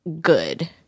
good